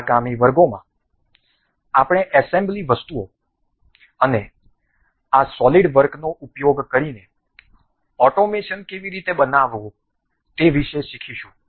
આગામી વર્ગોમાં આપણે એસેમ્બલી વસ્તુઓ અને આ સોલિડવર્કનો ઉપયોગ કરીને ઓટોમેશન કેવી રીતે બનાવવું તે વિશે શીખીશું